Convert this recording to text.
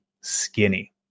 skinny